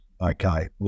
Okay